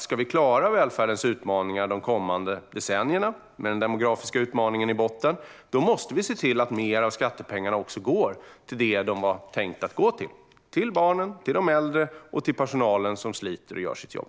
Ska vi klara välfärdens utmaningar de kommande decennierna med den demografiska utmaningen i botten måste vi se till att mer av skattepengarna går till det de var tänkta att gå till - till barnen, till de äldre och till personalen som sliter och gör sitt jobb.